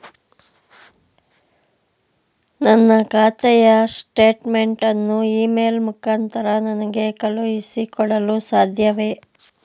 ನನ್ನ ಖಾತೆಯ ಸ್ಟೇಟ್ಮೆಂಟ್ ಅನ್ನು ಇ ಮೇಲ್ ಮುಖಾಂತರ ನನಗೆ ಕಳುಹಿಸಿ ಕೊಡಲು ಸಾಧ್ಯವೇ?